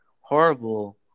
horrible